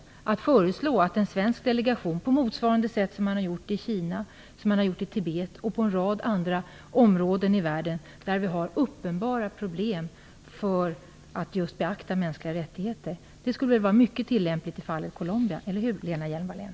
Regeringen skulle kunna föreslå en svensk delegation för detta på motsvarande sätt som man gjort när det gäller Kina, Tibet och en rad andra områden i världen, där det råder uppenbara problem med beaktandet av de mänskliga rättigheterna. Det skulle väl vara mycket tillämpligt i fallet Colombia, eller hur Lena Hjelm-Wallén?